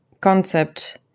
concept